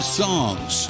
songs